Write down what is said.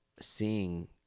seeing